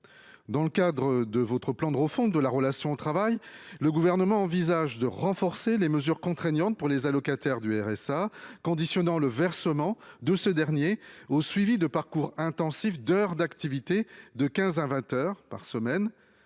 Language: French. Dans le cadre de son plan de refonte de la relation au travail, le Gouvernement envisage de renforcer les mesures contraignantes pour les allocataires du RSA, en conditionnant le versement de ce dernier au suivi de parcours intensifs d'« heures d'activités »- au nombre de quinze